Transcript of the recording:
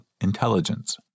intelligence